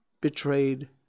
betrayed